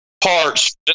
parts